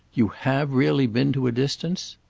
you have really been to a distance?